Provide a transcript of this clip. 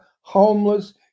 homeless